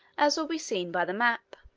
as will be seen by the map.